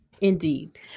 indeed